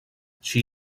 she